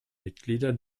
mitglieder